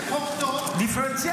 זה חוק טוב -- דיפרנציאליות.